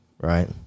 Right